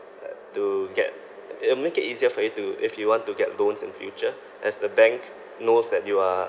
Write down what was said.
uh to get it will make it easier for you to if you want to get loans in future as the bank knows that you are